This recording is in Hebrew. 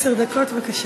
עשר דקות, בבקשה.